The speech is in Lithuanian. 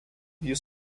jis